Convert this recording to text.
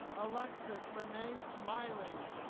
alexys rene smiley